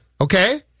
okay